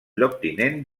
lloctinent